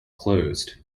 closed